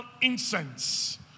incense